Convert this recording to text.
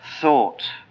thought